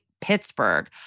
Pittsburgh